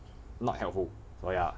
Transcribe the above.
not helpful so ya